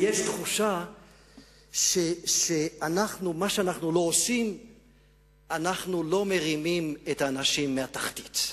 תחושה שמה שאנחנו לא עושים אנחנו לא מרימים את האנשים מהתחתית.